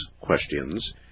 questions